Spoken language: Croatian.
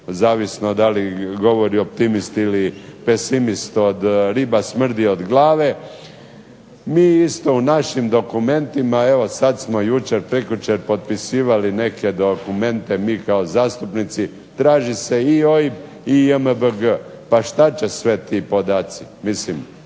zavisno da li govori optimist ili pesimist, riba smrdi od glave, mi isto u našim dokumentima evo sad smo jučer, prekjučer potpisivali neke dokumente mi kao zastupnici, traži se i OIB i JMBG. Pa šta će svi ti podaci, mislim